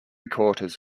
quarters